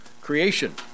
creation